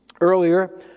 Earlier